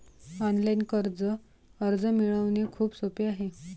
online कर्ज अर्ज मिळवणे खूप सोपे आहे